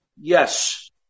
Yes